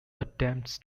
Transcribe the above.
attempts